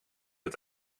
het